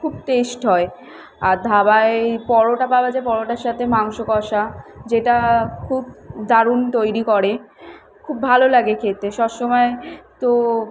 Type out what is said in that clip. খুব টেস্ট হয় আর ধাবায় পরোটা পাওয়া যায় পরোটার সাথে মাংস কষা যেটা খুব দারুণ তৈরি করে খুব ভালো লাগে খেতে সব সময় তো